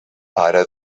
ara